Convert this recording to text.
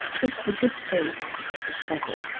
is a good place for such a struggle,